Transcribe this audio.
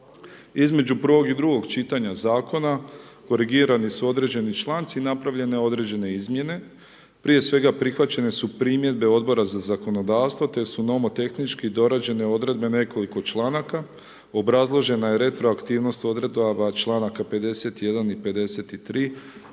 Između prvog i drugog čitanja Zakona, korigirani su određeni članci, napravljene određene izmjene, prije svega, prihvaćene su primjedbe Odbora za zakonodavstvo, te su…/Govornik se ne razumije/…tehnički dorađene odredbe nekoliko članaka, obrazložena je retroaktivnost odredaba čl. 51. i čl.